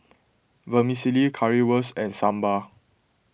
Vermicelli Currywurst and Sambar